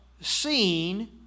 seen